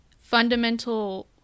fundamental